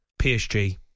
PSG